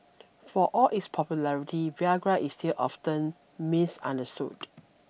for all its popularity Viagra is still often misunderstood